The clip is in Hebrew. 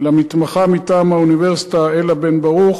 מתמחה מטעם האוניברסיטה אלה בן-ברוך,